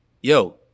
yo